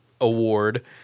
award